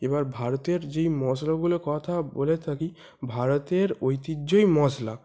এবার ভারতের যেই মশলাগুলোর কথা বলে থাকি ভারতের ঐতিহ্যই মশলা